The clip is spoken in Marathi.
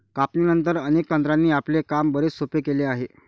कापणीनंतर, अनेक तंत्रांनी आपले काम बरेच सोपे केले आहे